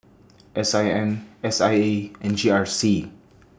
S I M S I A and G R C